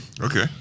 Okay